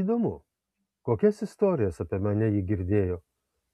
įdomu kokias istorijas apie mane ji girdėjo